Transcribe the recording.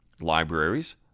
libraries